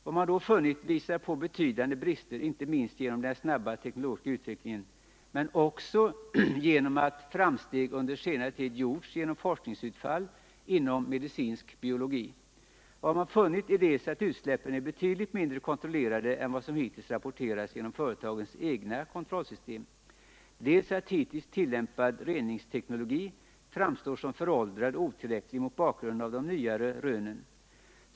Vad man då funnit visar på betydande brister inte minst på grund av den snabba teknologiska utvecklingen, men också på grund av att framsteg under senare tid gjorts genom forskningsutfall inom medicinsk biologi. Man har funnit dels att utsläppen är betydligt mindre kontrollerade än vad som hittills rapporterats genom företagens egna kontrollsystem, dels att hittills tillämpad reningsteknologi framstår som föråldrad och otillräcklig mot bakgrunden av de nyare rönen.